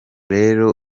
rero